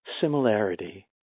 similarity